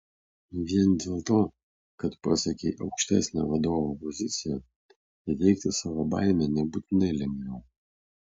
vien dėl to kad pasiekei aukštesnę vadovo poziciją įveikti savo baimę nebūtinai lengviau